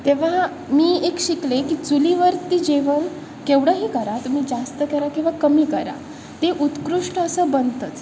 तेव्हा मी एक शिकले की चुलीवरती जेवण केवढंही करा तुम्ही जास्त करा किंवा कमी करा ते उत्कृष्ट असं बनतंच